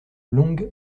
longue